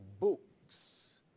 books